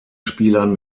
spielern